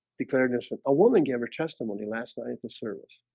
declared as a woman gave her testimony last night's of service